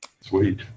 Sweet